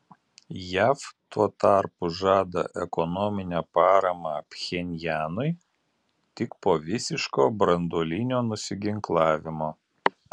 jav tuo tarpu žada ekonominę paramą pchenjanui tik po visiško branduolinio nusiginklavimo